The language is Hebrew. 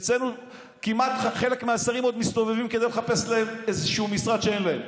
אצלנו חלק מהשרים עוד מסתובבים כדי לחפש להם איזשהו משרד שאין להם,